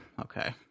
Okay